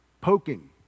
poking